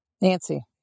Nancy